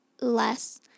less